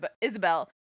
Isabel